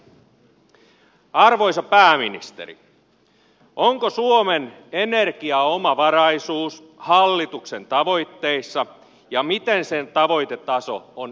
arvoisa pääministeri onko suomen energiaomavaraisuus hallituksen tavoitteissa ja miten sen tavoitetaso on ylös kirjattu